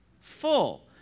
full